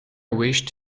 wished